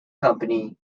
company